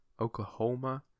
oklahoma